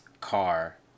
car